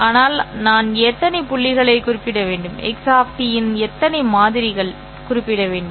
ஆனால் நான் எத்தனை புள்ளிகளைக் குறிப்பிட வேண்டும் x இன் எத்தனை மாதிரிகள் நான் குறிப்பிட வேண்டும்